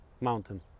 Mountain